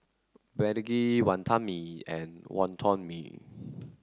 Begedil Wantan Mee and Wonton Mee